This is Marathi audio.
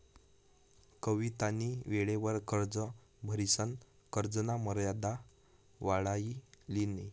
कवितानी वेळवर कर्ज भरिसन कर्जना मर्यादा वाढाई लिनी